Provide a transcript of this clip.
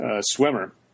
swimmer